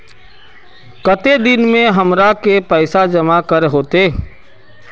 केते दिन में हमरा के पैसा जमा करे होते?